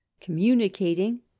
communicating